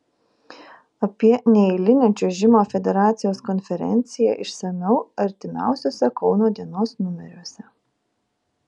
apie neeilinę čiuožimo federacijos konferenciją išsamiau artimiausiuose kauno dienos numeriuose